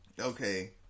Okay